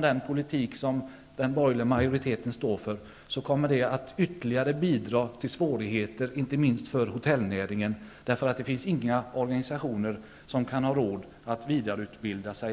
Den politik som den borgerliga majoriteten står för kommer att ytterligare bidra till svårigheter inte minst för hotellnäringen. Det finns ingen organisation som kan ha råd att lägga vidareutbildning av sina